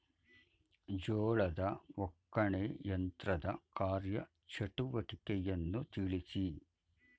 ಜೋಳದ ಒಕ್ಕಣೆ ಯಂತ್ರದ ಕಾರ್ಯ ಚಟುವಟಿಕೆಯನ್ನು ತಿಳಿಸಿ?